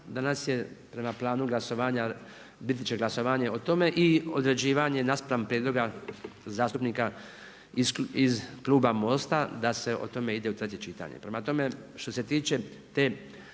Danas je prema planu glasovanja biti će glasovanje o tome i odrađivanje naspram prijedloga zastupnika iz kluba MOST-a da se o tome ide u treće čitanje. Prema tome, što se tiče tog